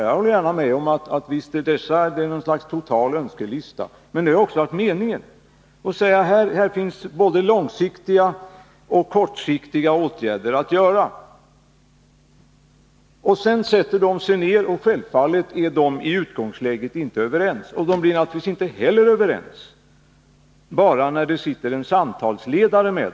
Jag håller gärna med om att dessa naturligtvis är något slags totala önskelistor, men det har också varit meningen att tala om att det finns både långsiktiga och kortsiktiga åtgärder att vidta. Sedan har alltså parterna satt sig ned för att diskutera. Självfallet var de inte överens i utgångsläget, och de har naturligtvis inte heller blivit överens bara för att det har suttit en samtalsledare med.